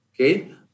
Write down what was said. Okay